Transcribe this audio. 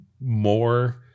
more